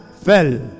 fell